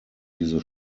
diese